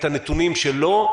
את הנתונים שלו,